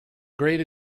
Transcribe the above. great